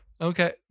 Okay